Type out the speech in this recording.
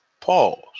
pause